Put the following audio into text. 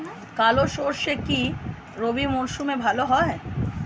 কালো সরষে কি রবি মরশুমে ভালো হয়?